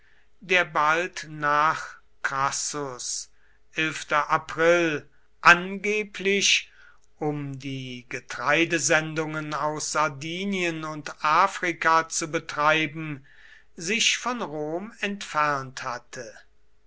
der bald nach crassus angeblich um die getreidesendungen aus sardinien und afrika zu betreiben sich von rom entfernt hatte